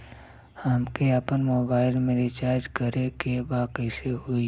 हमके आपन मोबाइल मे रिचार्ज करे के बा कैसे होई?